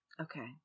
Okay